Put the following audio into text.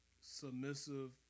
submissive